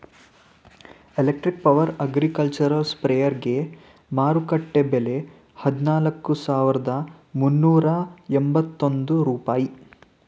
electric power agricultural ಸ್ಪ್ರೆಯರ್ಗೆ ಮಾರುಕಟ್ಟೆ ಬೆಲೆ ಹದಿನಾಲ್ಕು ಸಾವಿರದ ಮುನ್ನೂರ ಎಂಬತ್ತೊಂದು ರೂಪಾಯಿ